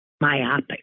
myopic